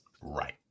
Right